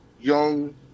young